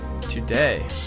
Today